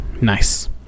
Nice